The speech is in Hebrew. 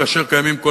כאשר קיימים כל,